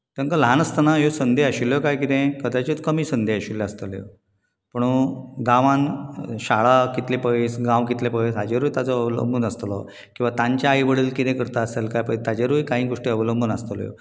तांकां ल्हान आसतना ह्यो संदी आशिल्ल्यो काय कितें कदाचीत कमी संदी आशिल्ल्यो आसतल्यो पूण गांवांत शाळा कितले पयस गांव कितले पयस हाचेरूय ताचो अवलंबून आसतलो किंवा तांचे आई वडील कितें करताले आसुंये तांचेरूय कांय गजाली अवलंबून आसतल्यो